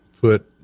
put